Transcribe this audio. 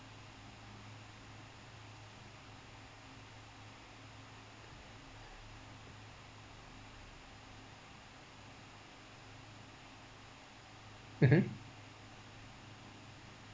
mmhmm